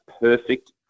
perfect